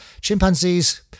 Chimpanzees